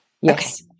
yes